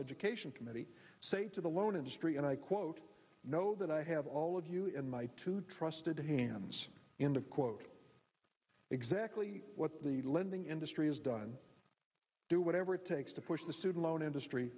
education committee say to the loan industry and i quote know that i have all of you in my two trusted hands in the quote exactly what the lending industry has done do whatever it takes to push the student loan industry